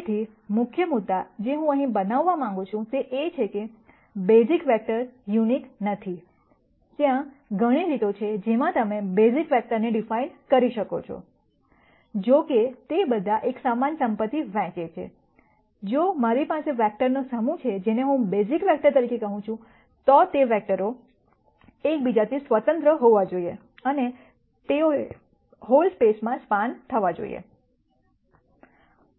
તેથી મુખ્ય મુદ્દા જે હું અહીં બનાવવા માંગું છું તે એ છે કે બેઝિક વેક્ટર યુનિક નથી ત્યાં ઘણી રીતો છે જેમાં તમે બેઝિક વેક્ટરને ડીફાઈન કરી શકો છો જો કે તે બધા એક સમાન સંપત્તિ વહેંચે છે કે જો મારી પાસે વેક્ટરનો સમૂહ છે જેને હું બેઝિક વેક્ટર તરીકે કહું છું તો તે વેક્ટરો એક બીજાથી સ્વતંત્ર હોવા જોઈએ અને તેઓએ હોલ સ્પેસ માં સ્પાન થવા જોઈએ